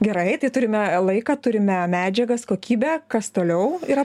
gerai tai turime laiką turime medžiagas kokybę kas toliau yra